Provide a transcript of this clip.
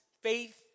faith